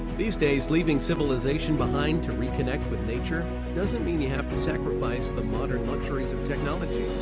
these days, leaving civilization behind to reconnect with nature doesn't mean you have to sacrifice the modern luxuries of technology.